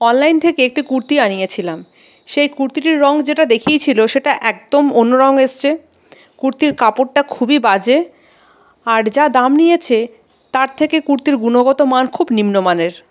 online থেকে একটি কুর্তি আনিয়েছিলাম সেই কুর্তিটির রং যেটা দেখিয়েছিল সেটা একদম অন্য রং এসেছে কুর্তির কাপড়টা খুবই বাজে আর যা দাম নিয়েছে তার থেকে কুর্তির গুণগত মান খুব নিম্ন মানের